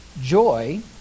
Joy